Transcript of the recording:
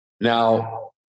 Now